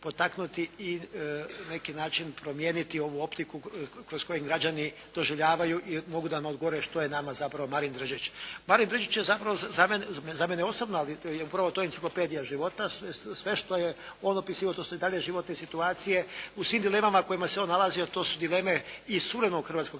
na neki način promijeniti ovu optiku kroz koju građani doživljavaju i … /Ne razumije se./ … što je nama zapravo Marin Držić. Marin Držić je za mene osobno, ali upravo je to enciklopedija života, sve što je on opisivao to su i dalje životne situacije. U svim dilemama u kojima se on nalazio to su dileme i suvremenoga hrvatskog